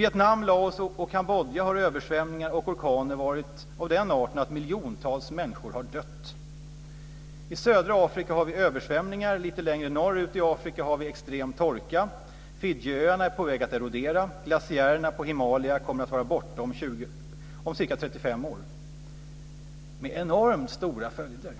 I Vietnam, Laos och Kambodja har översvämningar och orkaner varit av den arten att miljontals människor har dött. I södra Afrika har man översvämningar och lite längre norrut i Afrika extrem torka. Fidjiöarna är på väg att erodera. Glaciärerna på Himalaya kommer att vara borta om ca 35 år. Allt detta kommer att få enormt stora följder.